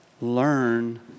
Learn